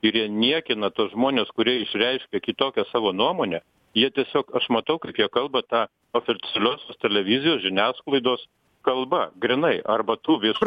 ir jie niekina tuos žmones kurie išreiškė kitokią savo nuomonę jie tiesiog aš matau kaip jie kalba ta oficialiosios televizijos žiniasklaidos kalba grynai arba tų viešų